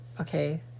okay